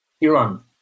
Iran